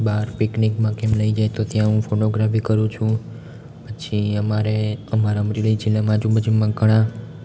બાર પિકનિકમાં કે એમ લઈ જાય તો ત્યાં હું ફોટોગ્રાફી કરું છું પછી અમારે અમારા અમરેલી જીલ્લામાં આજુ બાજુમાં ઘણા